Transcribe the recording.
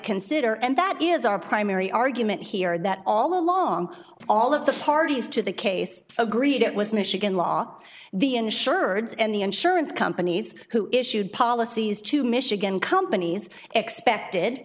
consider and that is our primary argument here that all along all of the parties to the case agreed it was michigan law the insured and the insurance companies who issued policies to michigan companies expected